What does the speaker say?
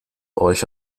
euch